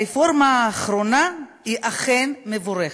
הרפורמה האחרונה היא אכן מבורכת,